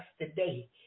today